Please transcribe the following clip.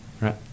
right